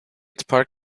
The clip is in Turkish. park